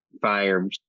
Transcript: fire